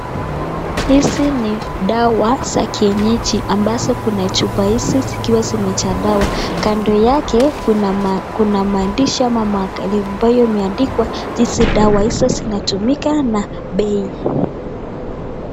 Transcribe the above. Hizi ni dawa za kienyenji, ambazo kuna chupa hizi zikiwa zimejaa dawa. Kando yake, kuna kuna maandishi ama ambayo yameandikwa jinsi dawa hizo zinatumika na bei.